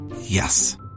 Yes